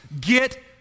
get